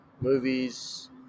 Movies